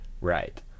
Right